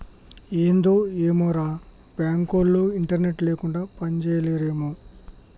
ఏందో ఏమోరా, బాంకులోల్లు ఇంటర్నెట్ లేకుండ పనిజేయలేరేమో